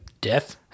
death